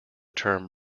term